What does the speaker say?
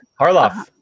Harloff